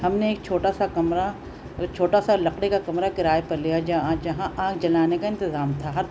ہم نے ایک چھوٹا سا کمرہ چھوٹا سا لکڑی کا کمرہ کرائے پر لیا جہاں آگ جلانے کا انتظام تھا ہر